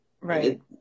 Right